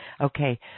okay